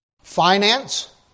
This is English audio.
finance